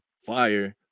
fire